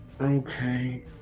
Okay